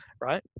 right